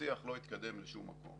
והשיח לא התקדם לשום מקום